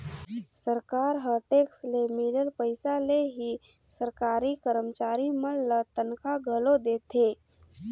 सरकार ह टेक्स ले मिलल पइसा ले ही सरकारी करमचारी मन ल तनखा घलो देथे